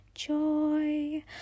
joy